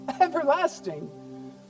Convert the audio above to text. Everlasting